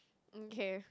um okay